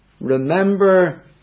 remember